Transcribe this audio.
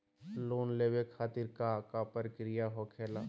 Loan लेवे खातिर का का प्रक्रिया होखेला?